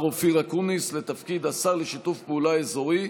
אופיר אקוניס לתפקיד השר לשיתוף פעולה אזורי,